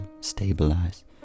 stabilize